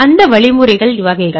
எனவே வழிமுறைகள் வகைகள்